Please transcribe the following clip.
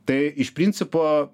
tai iš principo